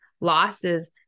losses